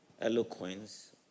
eloquence